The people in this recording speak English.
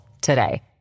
today